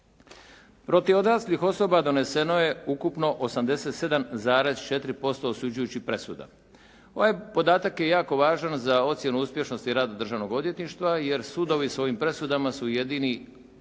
Protiv odraslih osoba doneseno je ukupno 87,4% osuđujućih presuda. Ovaj podatak je jako važan za ocjenu uspješnosti i rada državnog odvjetništva jer sudovi svojim presudama su jedini